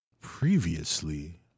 Previously